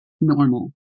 normal